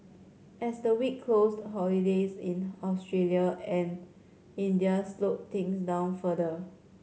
as the week closed holidays in Australia and India slowed things down further